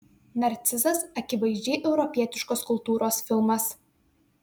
narcizas akivaizdžiai europietiškos kultūros filmas